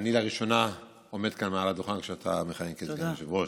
אני לראשונה עומד כאן מעל הדוכן כשאתה מכהן כסגן יושב-ראש.